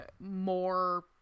more